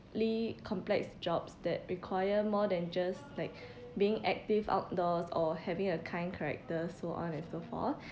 complex jobs that require more than just like being active outdoors or having a kind character so on and so forth